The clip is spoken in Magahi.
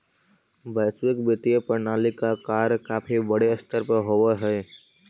वैश्विक वित्तीय प्रणाली का कार्य काफी बड़े स्तर पर होवअ हई